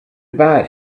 bad